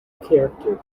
character